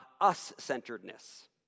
us-centeredness